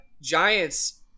Giants